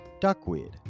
duckweed